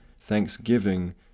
thanksgiving